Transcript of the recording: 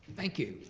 thank you.